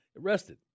arrested